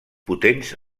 potents